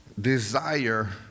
desire